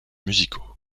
musicaux